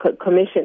commission